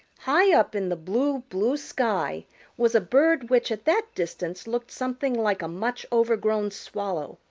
high up in the blue, blue sky was a bird which at that distance looked something like a much overgrown swallow.